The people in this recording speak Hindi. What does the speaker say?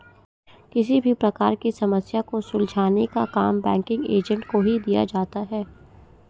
किसी भी प्रकार की समस्या को सुलझाने का काम बैंकिंग एजेंट को ही दिया जाता है